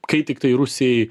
kai tiktai rusijai